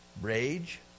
Rage